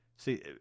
See